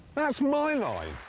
that's my line!